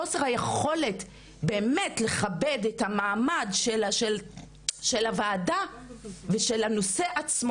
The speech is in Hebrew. חוסר היכולת לכבד את המעמד של הוועדה ושל הנושא עצמו